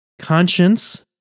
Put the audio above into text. conscience